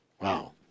Wow